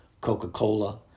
Coca-Cola